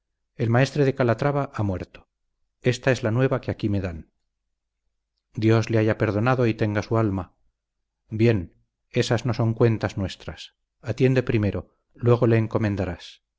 el maestre de calatrava ha muerto ésta es la nueva que aquí me dan dios le haya perdonado y tenga su alma bien ésas no son cuentas nuestras atiende primero luego le encomendarás